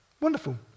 Wonderful